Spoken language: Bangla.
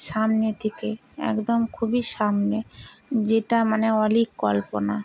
সামনে থেকে একদম খুবই সামনে যেটা মানে অলীক কল্পনা